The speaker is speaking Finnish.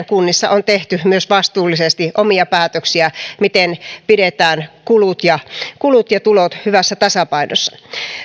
kunnissanne on tehty myös vastuullisesti omia päätöksiä siitä miten pidetään kulut ja kulut ja tulot hyvässä tasapainossa